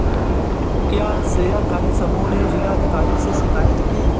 क्या शेयरधारी समूह ने जिला अधिकारी से शिकायत की?